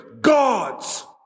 God's